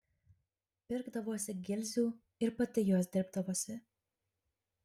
pirkdavosi gilzių ir pati juos dirbdavosi